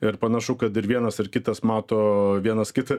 ir panašu kad ir vienas ir kitas mato vienas kitą